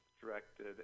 directed